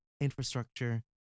infrastructure